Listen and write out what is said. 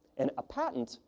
and a patent,